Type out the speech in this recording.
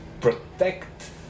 protect